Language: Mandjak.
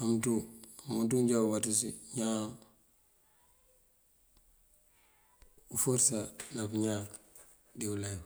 amënţú umënţun ajá uwáaţës ñaan uforësa ná pëñáak dí ulef.